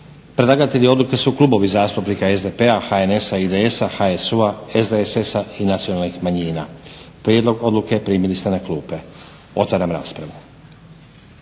Predlagatelji odluke su klubovi zastupnika SDP-a, HNS-a, IDS-a, HSU-a, SDSS-a i Nacionalnih manjina. Prijedlog odluke primili ste na klupe. Otvaram raspravu.